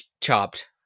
chopped